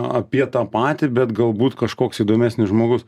apie tą patį bet galbūt kažkoks įdomesnis žmogus